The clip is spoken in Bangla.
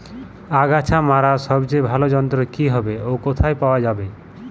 আগাছা মারার সবচেয়ে ভালো যন্ত্র কি হবে ও কোথায় পাওয়া যাবে?